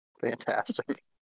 Fantastic